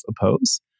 oppose